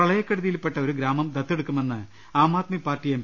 പ്രളയക്കെടുതിയിൽപെട്ട ഒരു ഗ്രാമം ദത്തെടുക്കുമെന്ന് ആംആദ്മി പാർട്ടി എം